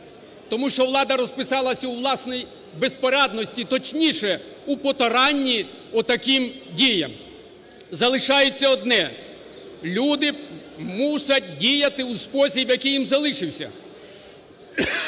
Тому що влада розписалася у власній безпорадності, точніше, у потуранні отаким діям. Залишається одне – люди мусять діяти у спосіб, який їм залишився,